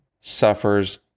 suffers